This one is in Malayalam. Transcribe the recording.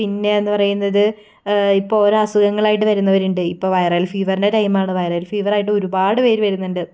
പിന്നേന്ന് പറയുന്നത് ഇപ്പോൾ ഓരോ അസുഖങ്ങളായിട്ട് വരുന്നവരുണ്ട് ഇപ്പോൾ വൈറൽ ഫീവറിൻ്റെ ടൈമാണ് വൈറൽ ഫീവറായിട്ട് ഒരുപാട് പേര് വരുന്നുണ്ട്